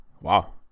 Wow